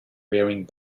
wearing